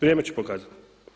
Vrijeme će pokazati.